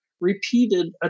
repeated